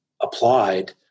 applied